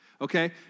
okay